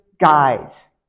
guides